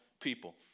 people